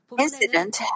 incident